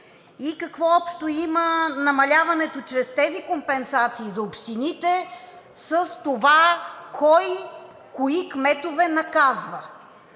и какво общо има намаляването чрез тези компенсации за общините с това кой кои кметове наказва?